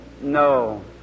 No